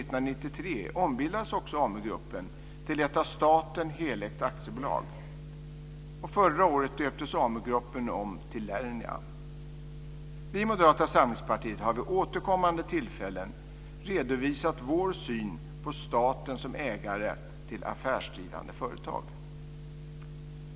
Den 1 Vi i Moderata samlingspartiet har vid återkommande tillfällen redovisat vår syn på staten som ägare till affärsdrivande företag.